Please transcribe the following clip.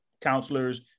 counselors